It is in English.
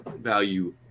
value